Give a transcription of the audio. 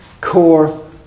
core